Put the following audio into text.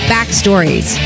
Backstories